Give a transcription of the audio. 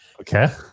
okay